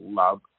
love